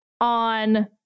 on